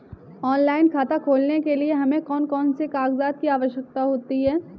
Online खाता खोलने के लिए हमें कौन कौन से कागजात की आवश्यकता होती है?